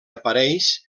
apareix